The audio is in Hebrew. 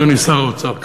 אדוני שר האוצר,